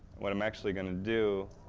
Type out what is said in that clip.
what i'm actually going to do,